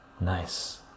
Nice